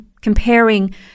comparing